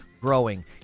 growing